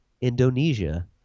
Indonesia